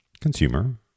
consumer